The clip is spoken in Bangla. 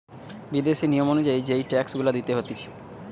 বিদেশি নিয়ম অনুযায়ী যেই ট্যাক্স গুলা দিতে হতিছে